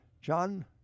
John